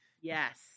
yes